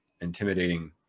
intimidating